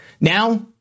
now